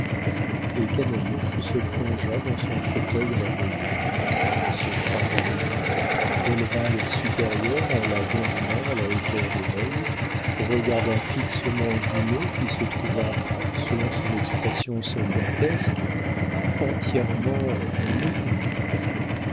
et canalis se plongea dans son fauteuil à la voltaire se tirant les jambes éleva la supérieure en la dandinant à la hauteur de l'œil regarda fixement dumay qui se trouva selon son expression soldatesque entièrement mécanisé